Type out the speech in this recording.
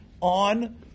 on